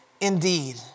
indeed